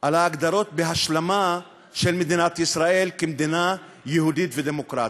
על השלמה עם מדינת ישראל כמדינה יהודית ודמוקרטית,